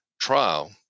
trial